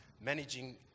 managing